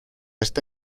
esta